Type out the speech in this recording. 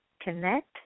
connect